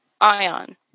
Ion